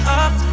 up